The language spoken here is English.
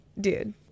dude